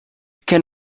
can